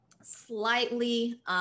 slightly